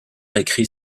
écrit